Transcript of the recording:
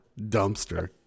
Dumpster